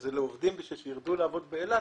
שזה לעובדים בשביל שירדו לעבוד באילת,